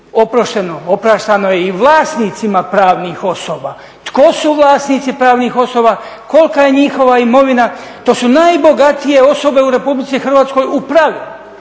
oprošteno, opraštano je i vlasnicima pravnih osoba. Tko su vlasnici pravnih osoba? Kolika je njihova imovina? To su najbogatije osobe u Republici Hrvatskoj u pravilu,